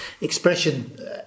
expression